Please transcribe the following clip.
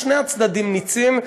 שני הצדדים נצים,